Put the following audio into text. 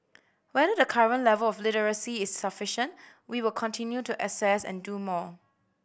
whether the current level of literacy is sufficient we will continue to assess and do more